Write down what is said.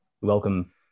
Welcome